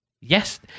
Yes